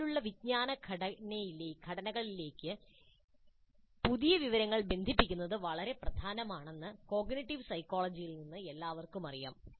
നിലവിലുള്ള വിജ്ഞാനഘടനകളിലേക്ക് പുതിയ വിവരങ്ങൾ ബന്ധിപ്പിക്കുന്നത് വളരെ പ്രധാനമാണെന്ന് കോഗ്നിറ്റീവ് സൈക്കോളജിയിൽ നിന്ന് എല്ലാവർക്കും അറിയാം